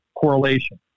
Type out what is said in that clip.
correlation